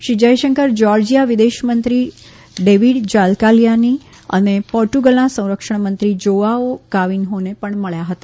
Shri Jaishankar Georgia વિદેશમંત્રી David જાલકાલિયાની અને પોર્ટુગલના સંરક્ષણમંત્રી જોઆઓ ક્રાવિન્હોને પણ મળ્યા હતા